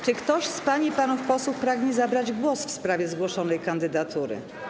Czy ktoś z pań i panów posłów pragnie zabrać głos w sprawie zgłoszonej kandydatury?